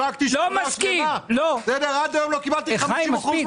אני שיווקתי שנה שלמה ועד היום לא קיבלתי 50 אחוזים